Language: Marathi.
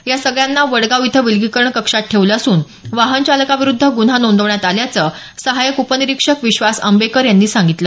या सगळ्यांना वडगाव इथं विलगीकरण कक्षात ठेवलं असून वाहनचालकाविरुद्ध गुन्हा नोंदवण्यात आल्याचं सहायक उपनिरीक्षक विश्वास अंबेकर यांनी सांगितलं